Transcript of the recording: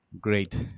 Great